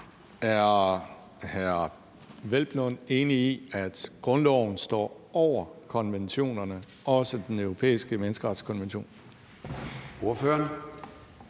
Peder Hvelplund enig i, at grundloven står over konventionerne, også den europæiske menneskerettighedskonvention?